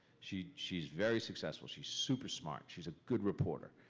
she's she's very successful, she's super smart, she's a good reporter,